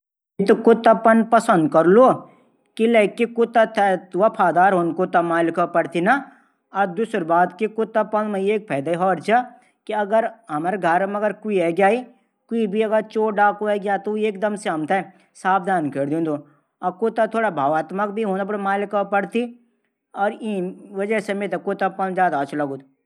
फ्रांस सस्कृति मा कला थै बहुत महत्व दिंदा। यख लोग कला थै अपडू जीवन मंदन। और संग्रहालय और दीर्घए भी हूदन वख। दारू बहुत महत्व च वख।